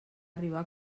arribar